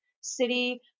city